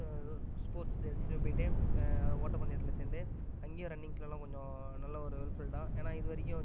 sports டேஸ்லியும் போய்ட்டு ஓட்டப்பந்தயத்தில் சேர்ந்து அங்கேயும் ரன்னிங்ஸ்லலாம் கொஞ்சம் நல்ல ஒரு ஃபுல்ஃபில்டாக ஏன்னால் இது வரைக்கும்